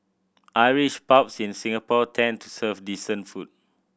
Irish pubs in Singapore tend to serve decent food